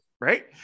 Right